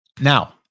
Now